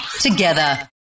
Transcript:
together